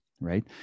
right